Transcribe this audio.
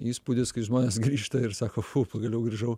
įspūdis kai žmonės grįžta ir sako fu pagaliau grįžau